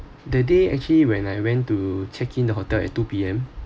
the day actually when I went to check in the hotel at two P_M